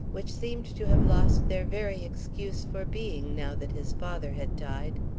which seemed to have lost their very excuse for being now that his father had died.